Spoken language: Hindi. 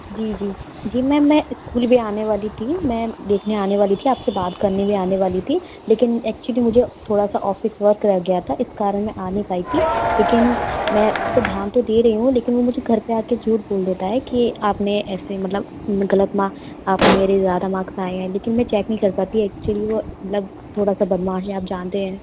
जी जी जी मैम मैं इस्कूल भी आने वाली थी मैं बीच में आने वाली थी आप से बात करने भी आने वाली थी लेकिन एक्चुअली मुझे थोड़ा सा ऑफिस वर्क रह गया था इस कारण मैं आ नहीं पाई थी लेकिन मैं इसको ध्यान तो दे रही हूँ लेकिन वो मुझे घर पर आ कर झूठ बोल देता है कि आपने ऐसे मतलब ग़लत ना आप मेरे ज़्यादा मार्क्स आए है लेकिन मैं चेक नहीं कर पाती एक्चुअली वो मतलब थोड़ा सा बदमाश है आप जानते हैं